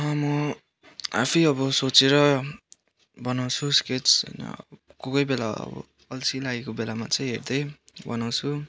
म आफै अब सोचेर बनाउँछु स्केच होइन कोही कोहीबेला अब अल्छी लागेको बेलामा चाहिँ हेर्दै बनाउँछु